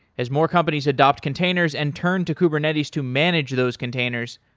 as more companies adopt containers and turn to kubernetes to manage those containers,